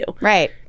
Right